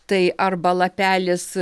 tai arba lapelis